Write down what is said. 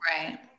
right